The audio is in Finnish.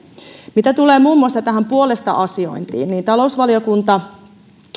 mitä tulee muun muassa tähän puolesta asiointiin niin talousvaliokunta